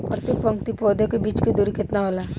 प्रति पंक्ति पौधे के बीच की दूरी केतना होला?